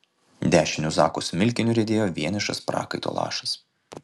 dešiniu zako smilkiniu riedėjo vienišas prakaito lašas